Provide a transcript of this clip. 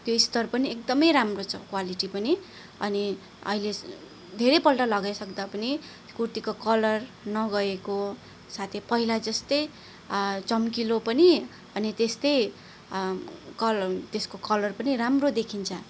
त्यो स्तर पनि एकदमै राम्रो छ क्वालिटी पनि अनि अहिले धेरैपल्ट लगाइसक्दा पनि कुर्तीको कलर नगएको साथै पहिला जस्तै चम्किलो पनि अनि त्यस्तै कलर त्यसको कलर पनि राम्रो देखिन्छ